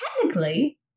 technically